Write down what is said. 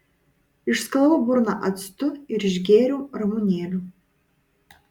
išskalavau burną actu ir išgėriau ramunėlių